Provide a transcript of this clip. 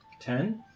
Ten